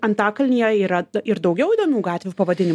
antakalnyje yra ir daugiau įdomių gatvių pavadinimų